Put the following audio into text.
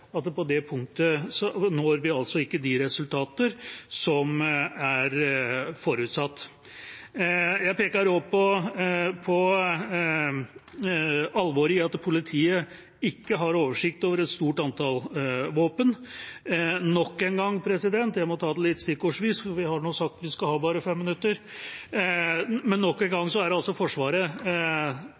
punktet ikke når de resultater som er forutsatt. Jeg peker også på alvoret i at politiet ikke har oversikt over et stort antall våpen. Nok en gang – jeg må ta det litt stikkordsvis, for jeg har bare 5 minutters taletid – er Forsvaret tilbake i rapporter fra Riksrevisjonen. I fjor kunne en ikke gå god for regnskapene. Det